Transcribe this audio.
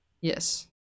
yes